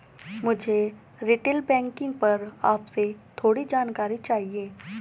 मुझे retail banking पर आपसे थोड़ी जानकारी चाहिए